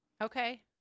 Okay